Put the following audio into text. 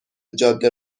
جاده